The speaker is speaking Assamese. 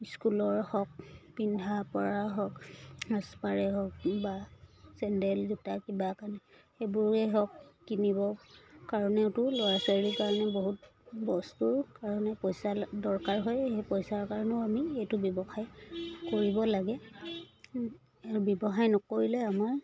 স্কুলৰ হওক পিন্ধা পৰা হওক সাজপাৰেই হওক বা চেন্দেল জোতা কিবা কাৰণে সেইবোৰেই হওক কিনিব কাৰণেওতো ল'ৰা ছোৱালীৰ কাৰণে বহুত বস্তুৰ কাৰণে পইচা দৰকাৰ হয় সেই পইচাৰ কাৰণেও আমি এইটো ব্যৱসায় কৰিব লাগে আৰু ব্যৱসায় নকৰিলে আমাৰ